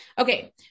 Okay